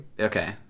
Okay